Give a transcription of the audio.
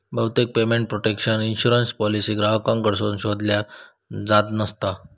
बहुतेक payment protection insurance policy ग्राहकांकडसून शोधल्यो जात नसता